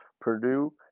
Purdue